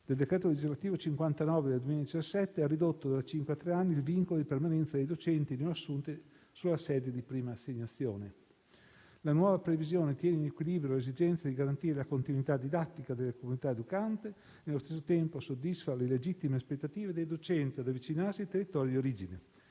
del decreto legislativo n. 59 del 2017, ha ridotto da cinque a tre anni il vincolo di permanenza dei docenti neoassunti nella sede di prima assegnazione. La nuova previsione tiene in equilibrio l'esigenza di garantire la continuità didattica nella comunità educante e nello stesso tempo soddisfa le legittime aspettative dei docenti ad avvicinarsi ai territori di origine.